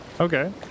Okay